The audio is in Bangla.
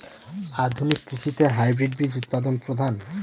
আধুনিক কৃষিতে হাইব্রিড বীজ উৎপাদন প্রধান